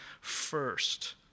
first